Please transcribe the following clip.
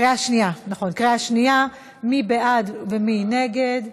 בקריאה שנייה, מי בעד ומי נגד?